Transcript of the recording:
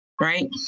right